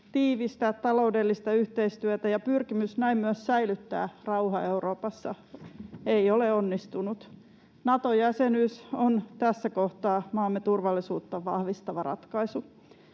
tiivistää taloudellista yhteistyötä ja pyrkimys näin myös säilyttää rauha Euroopassa eivät ole onnistuneet. Nato-jäsenyys on tässä kohtaa maamme turvallisuutta vahvistava ratkaisu.